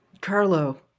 Carlo